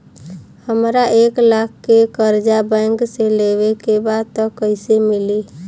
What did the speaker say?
हमरा एक लाख के कर्जा बैंक से लेवे के बा त कईसे मिली?